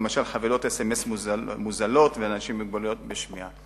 למשל: חבילות אס.אם.אס מוזלות לאנשים עם מוגבלות בשמיעה.